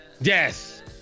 Yes